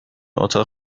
اتاق